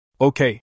Okay